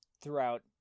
throughout